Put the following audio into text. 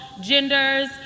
genders